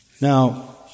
Now